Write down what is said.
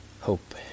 hope